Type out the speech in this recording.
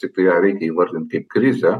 tiktai ją reikia įvardint kaip krizę